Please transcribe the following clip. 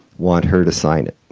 want her to sign it.